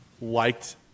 liked